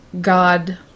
god